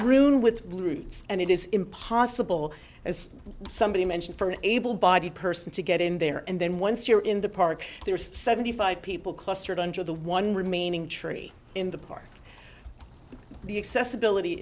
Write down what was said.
strewn with roots and it is impossible as somebody mentioned for an able bodied person to get in there and then once you're in the park there are seventy five people clustered under the one remaining tree in the park the accessibility